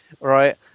right